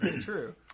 True